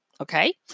Okay